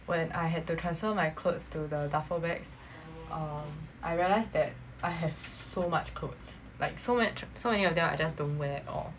when I had to transfer my clothes to the duffel bags uh I realised that I have so much clothes like so much so many of them I just don't wear at all